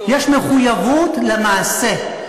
יש מחויבות למעשה.